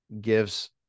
gives